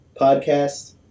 podcast